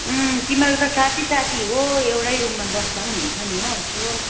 तिमीहरू त साथी साथी हो एउटै रूममा बस्दा पनि हुन्छ नि हो यसो